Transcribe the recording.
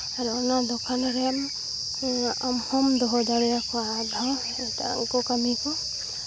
ᱟᱨ ᱚᱱᱟ ᱫᱚᱠᱟᱱ ᱨᱮᱢ ᱟᱢ ᱦᱚᱢ ᱫᱚᱦᱚ ᱫᱟᱲᱮᱭᱟᱠᱚᱣᱟ ᱟᱨᱦᱚᱸ ᱮᱴᱟᱜ ᱦᱚᱲ ᱠᱚ ᱠᱟᱹᱢᱤ ᱠᱚ